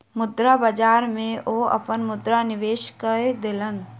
मुद्रा बाजार में ओ अपन मुद्रा निवेश कय देलैन